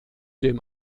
dem